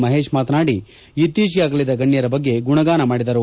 ಮಹೇಶ್ ಮಾತನಾದಿ ಇತ್ತೀಚೆಗೆ ಆಗಲಿದ ಗಣ್ಯರ ಬಗ್ಗೆ ಗುಣಗಾನ ಮಾಡಿದರು